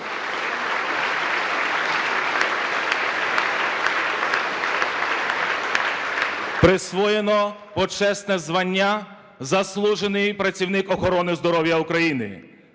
Присвоєно почесне звання "Заслужений працівник охорони здоров'я України"